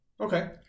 okay